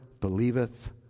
believeth